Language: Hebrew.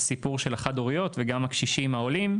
הסיפור של החד-הוריות וגם הקשישים העולים,